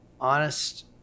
Honest